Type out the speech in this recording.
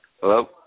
Hello